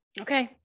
Okay